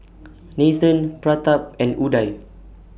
Nathan Pratap and Udai